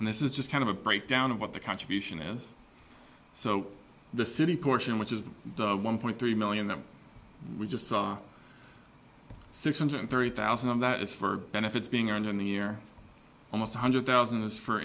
and this is just kind of a breakdown of what the contribution is so the city portion which is one point three million that we just saw six hundred thirty thousand of that is for benefits being on in the year almost one hundred thousand is for